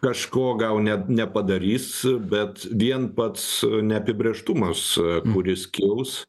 kažko gal ne nepadarys bet vien pats neapibrėžtumas kuris kils